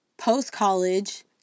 Post-college